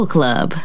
Club